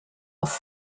auf